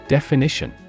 Definition